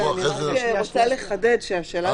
אני רק רוצה לחדד שהשאלה